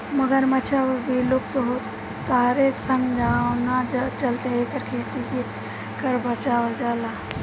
मगरमच्छ अब विलुप्त हो तारे सन जवना चलते एकर खेती के कर बचावल जाता